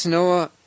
Noah